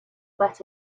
bet